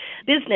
business